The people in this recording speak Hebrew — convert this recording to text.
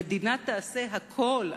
המדינה תעשה הכול,